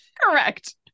Correct